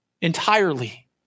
entirely